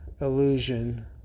illusion